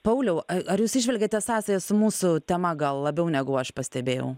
pauliau ar jūs įžvelgiate sąsajas su mūsų tema gal labiau negu aš pastebėjau